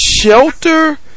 shelter